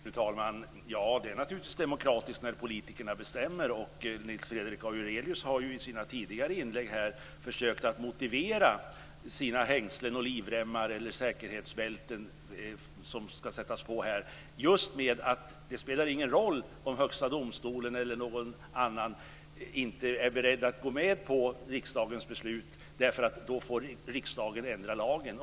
Fru talman! Det är naturligtvis demokratiskt när politikerna bestämmer. Nils Fredrik Aurelius har i sina tidigare inlägg försökt att motivera sina hängslen och livremmar eller säkerhetsbälten, som ska sättas på här, just med att det inte spelar någon roll om Högsta domstolen eller någon annan inte är beredd att gå med på riksdagens beslut, därför att då får riksdagen ändra lagen.